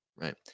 right